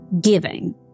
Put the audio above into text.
giving